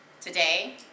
Today